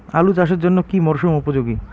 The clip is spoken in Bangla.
আলু চাষের জন্য কি মরসুম উপযোগী?